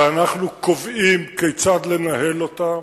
שאנחנו קובעים כיצד לנהל אותה.